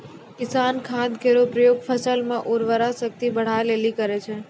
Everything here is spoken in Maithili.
किसान खाद केरो प्रयोग फसल म उर्वरा शक्ति बढ़ाय लेलि करै छै